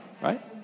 right